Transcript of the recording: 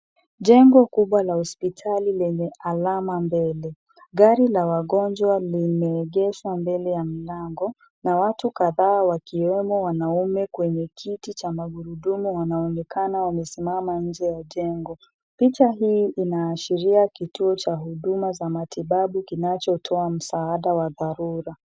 Jengo kubwa la hospitali lenye alama mbele. Gari la wagonjwa limeegeshwa mbele ya mlango na watu kadhaa wakiwemo wanaume kwenye kiti cha magurudumu wanaonekana wamesimama nje ya jengo. Picha hii inaashiria kituo cha huduma za matibabu kinachotoa msaada wa dharura.